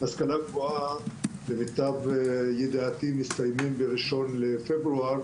להשכלה גבוהה למיטב ידיעתי מסתיימות ב-1 לפברואר